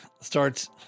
starts